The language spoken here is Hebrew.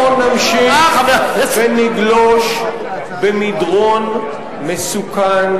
אנחנו נמשיך ונגלוש במדרון מסוכן.